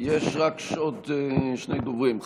יש רק עוד שני דוברים.